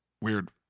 weird